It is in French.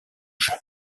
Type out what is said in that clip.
jeu